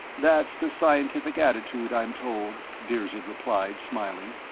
that's the scientific attitude, i'm told, dirzed replied, smiling.